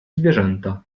zwierzęta